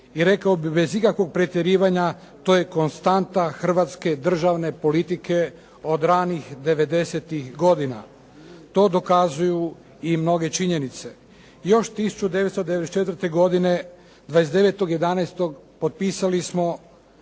i rekao bih bez ikakvog pretjerivanja, to je konstanta hrvatske državne politike od ranih '90.-ih godina. To dokazuju i mnoge činjenice. Još 1994. godine 29. 11. potpisali